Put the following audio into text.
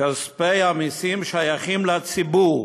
כספי המסים שייכים לציבור,